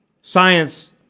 Science